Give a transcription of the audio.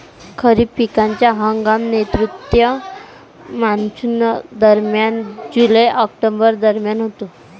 खरीप पिकांचा हंगाम नैऋत्य मॉन्सूनदरम्यान जुलै ऑक्टोबर दरम्यान होतो